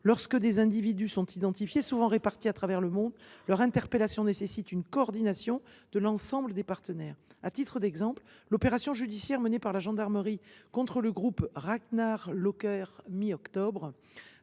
Lorsque des individus sont identifiés, souvent disséminés à travers le monde, leur interpellation nécessite une coordination de l’ensemble des partenaires. À titre d’exemple, citons l’opération judiciaire menée par la gendarmerie contre le groupe Ragnar Locker à la mi octobre